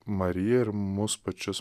mariją ir mus pačius